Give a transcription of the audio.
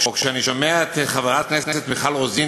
או כשאני שומע את חברת הכנסת מיכל רוזין,